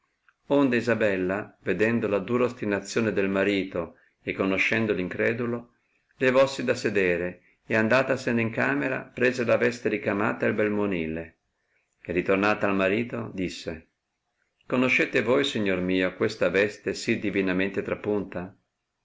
onde isabella vedendo la dura ostinazione del marito e conoscendolo incredulo levossi da sedere e andatasene in camera prese la veste ricamata e il bel monille e ritornata al marito disse conoscete voi signor mio questa veste si divinamente trappimta